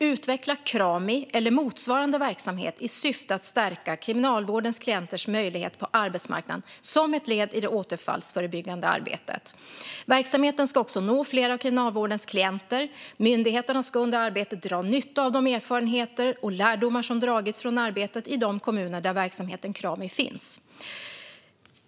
utveckla Krami eller motsvarande verksamhet i syfte att stärka kriminalvårdens klienters möjligheter på arbetsmarknaden som ett led i det återfallsförebyggande arbetet. Verksamheten ska också nå fler av kriminalvårdens klienter. Myndigheterna ska dra nytta av de erfarenheter och lärdomar som dragits från arbetet i de kommuner där verksamheten Krami finns".